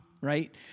right